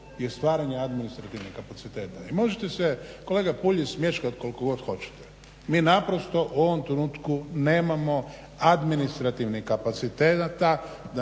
je stvaranje administrativnih kapaciteta. I možete se kolega Puljiz smješkat koliko god hoćete. Mi naprosto u ovom trenutku nemamo administrativnih kapaciteta